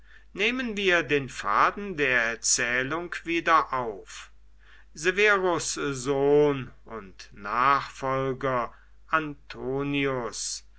nehmen wir den faden der erzählung wieder auf severus sohn und nachfolger antoninus